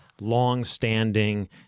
longstanding